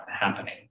happening